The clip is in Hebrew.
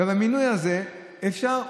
במינוי הזה אי-אפשר,